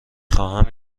خواهم